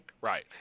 Right